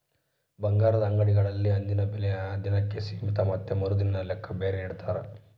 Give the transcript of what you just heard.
ಬಂಗಾರದ ಅಂಗಡಿಗಳಲ್ಲಿ ಅಂದಿನ ಬೆಲೆ ಆ ದಿನಕ್ಕೆ ಸೀಮಿತ ಮತ್ತೆ ಮರುದಿನದ ಲೆಕ್ಕ ಬೇರೆ ನಿಡ್ತಾರ